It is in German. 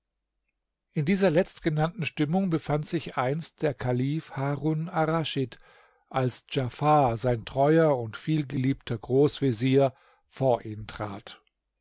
in dieser letztgenannten stimmung befand sich einst der kalif harun arraschid als djafar sein treuer und vielgeliebter großvezier vor ihn trat